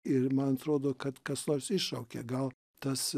ir man atrodo kad kas nors iššaukė gal tas